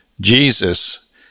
Jesus